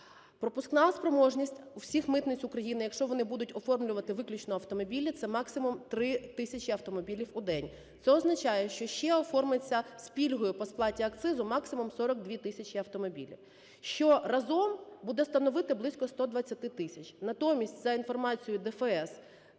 Пропускна спроможність у всіх митниць України, якщо вони будуть оформлювати виключно автомобілі, це максимум 3 тисячі автомобілів в день. Це означає, що ще оформиться з пільгою по сплаті акцизу максимум 42 тисячі автомобілів, що разом буде становити близько 120 тисяч. Натомість ця інформація ДФС,